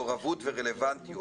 מעורבות ורלבנטיות.